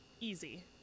easy